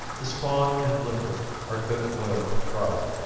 the spawn and liver are good boiled or fried.